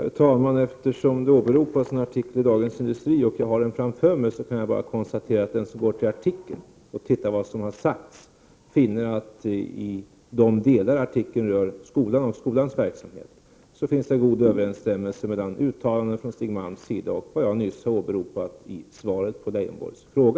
Herr talman! Eftersom jag har framför mig den artikel i Dagens Industri som åberopas, kan jag bara konstatera att den som går till artikeln och ser vad som sagts i de delar som rör skolan och skolans verksamhet, finner att det finns en god överensstämmelse mellan uttalandena från Stig Malms sida och det jag nyss åberopat i svaret på Lars Leijonborgs fråga.